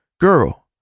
girl